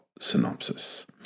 synopsis